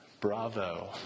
Bravo